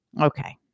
Okay